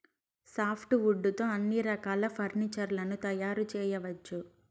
soft wood తో అన్ని రకాల ఫర్నీచర్ లను తయారు చేయవచ్చు